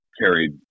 carried